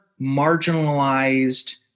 marginalized